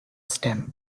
stem